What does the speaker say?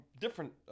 different